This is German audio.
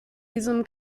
diesem